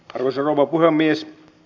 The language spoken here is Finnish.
arvoisa rouva puhemies